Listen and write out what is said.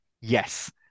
yes